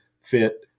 fit